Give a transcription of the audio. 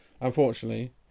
unfortunately